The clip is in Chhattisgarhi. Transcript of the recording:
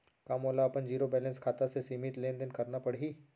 का मोला अपन जीरो बैलेंस खाता से सीमित लेनदेन करना पड़हि?